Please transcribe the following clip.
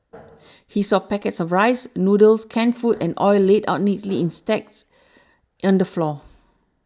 he saw packets of rice noodles canned food and oil laid out neatly in stacks under floor